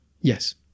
Yes